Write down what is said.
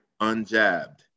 unjabbed